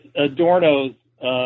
Adorno's